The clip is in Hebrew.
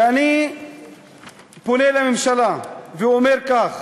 ואני פונה לממשלה ואומר כך: